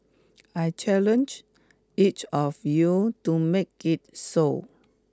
I challenge each of you to make it so